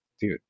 dude